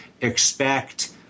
expect